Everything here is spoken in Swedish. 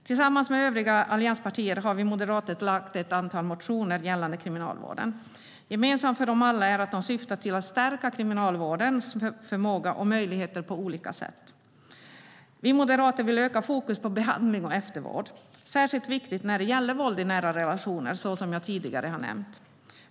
Tillsammans med övriga allianspartier har vi moderater väckt ett antal motioner gällande Kriminalvården. Gemensamt för dem alla är att de syftar till att stärka Kriminalvårdens förmågor och möjligheter på olika sätt. Vi moderater vill öka fokus på behandling och eftervård. Det är särskilt viktigt när det gäller våld i nära relationer, så som jag tidigare har nämnt.